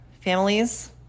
families